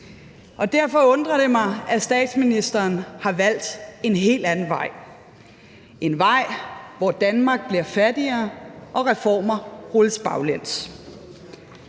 og derfor undrer det mig, at statsministeren har valgt en helt anden vej – en vej, hvor Danmark bliver fattigere og reformer rulles baglæns.